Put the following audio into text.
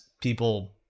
people